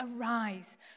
Arise